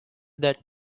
that